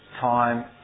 time